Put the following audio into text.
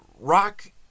rock